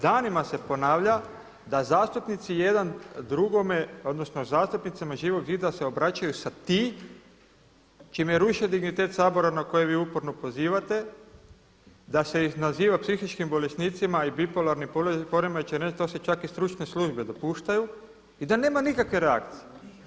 Danima se ponavlja da zastupnici jedan drugome odnosno zastupnicima Živog zida se obraćaju sa ti čime ruše dignitet Sabora na koji vi uporno pozivate, da ih se naziva psihičkim bolesnicima i bipolarni poremećaj, što si čak i stručne službe dopuštaju, a da nema nikakve reakcije.